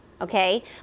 Okay